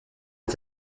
est